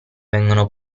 vengono